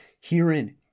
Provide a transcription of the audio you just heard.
herein